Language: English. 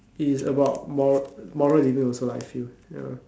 its about moral moral living also lah I feel